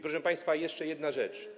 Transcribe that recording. Proszę państwa, jeszcze jedna rzecz.